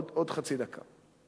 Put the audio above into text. עוד חצי דקה.